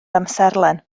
amserlen